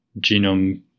genome